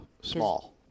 small